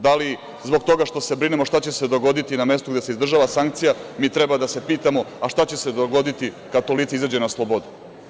Da li zbog toga što se brinemo šta će se dogoditi na mestu gde se izdržava sankcija mi treba da se pitamo – a šta će se dogoditi kad to lice izađe na slobodu?